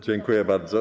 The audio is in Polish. Dziękuję bardzo.